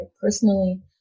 personally